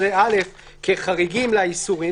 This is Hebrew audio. ב-16(א) כחריגים לאיסורים.